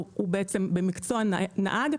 כלומר במקצועו נהג,